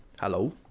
Hello